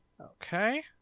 Okay